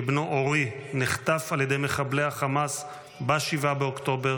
שבנו אורי נחטף על ידי מחבלי החמאס ב-7 באוקטובר